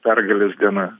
pergalės diena